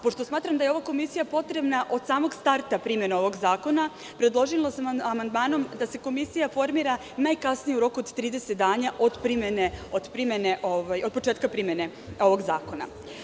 Pošto smatra da je ova komisija potrebna od samog starta primene ovog zakona, predložila sam amandmanom da se komisija formira najkasnije u roku od 30 dana od početka primene ovog zakona.